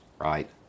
right